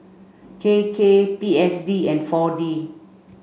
K K P S D and four D